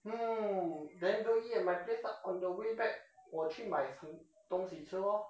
hmm then don't eat at my place lah on the way back 我去买东西吃咯